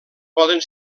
poden